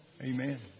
Amen